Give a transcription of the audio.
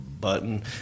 button